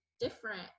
different